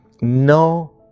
no